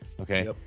okay